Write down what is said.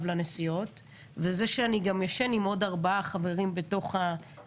לנסיעות וישן עם עוד ארבעה חברים לחדר,